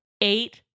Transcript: Eight